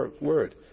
Word